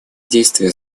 действия